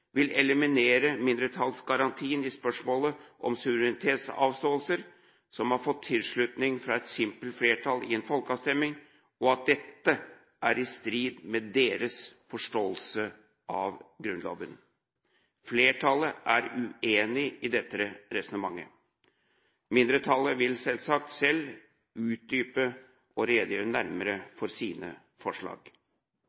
vil eliminere mindretallsgarantien i spørsmålet om suverenitetsavståelser som har fått tilslutning fra et simpelt flertall i en folkeavstemning, og at dette er i strid med deres forståelse av Grunnloven. Flertallet er uenig i dette resonnementet. Mindretallet vil selvsagt selv utdype og redegjøre nærmere